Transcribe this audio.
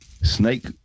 snake